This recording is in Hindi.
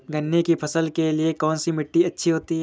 गन्ने की फसल के लिए कौनसी मिट्टी अच्छी होती है?